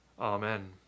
Amen